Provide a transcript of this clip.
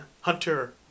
Hunter